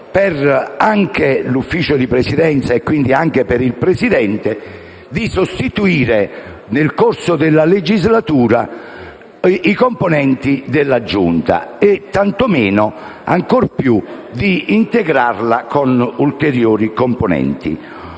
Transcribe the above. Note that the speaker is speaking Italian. per l'Ufficio di Presidenza (e, quindi, per il Presidente), di sostituire nel corso della legislatura i componenti della Giunta e, ancor più, di integrarla con ulteriori componenti.